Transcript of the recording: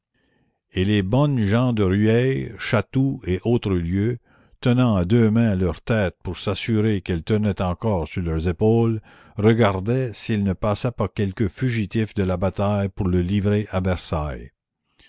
et les bonnes gens de rueil chatou et autres lieux tenant à deux mains leur tête pour s'assurer qu'elle tenait encore sur leurs épaules regardaient s'il ne passait pas quelque fugitif de la bataille pour le livrer à versailles